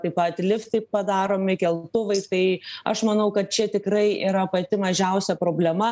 taip pat liftai padaromi keltuvai tai aš manau kad čia tikrai yra pati mažiausia problema